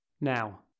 Now